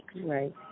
Right